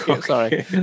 sorry